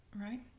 Right